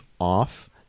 off